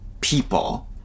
people